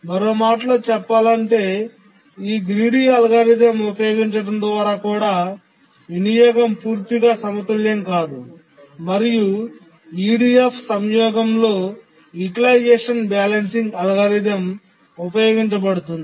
మరో మాటలో చెప్పాలంటే ఈ అత్యాశ అల్గోరిథం ఉపయోగించడం ద్వారా కూడా వినియోగం పూర్తిగా సమతుల్యం కాదు మరియు EDF సంయోగంలో యుటిలైజేషన్ బ్యాలెన్సింగ్ అల్గోరిథం ఉపయోగించబడుతుంది